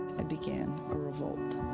i began a revolt.